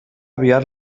aviat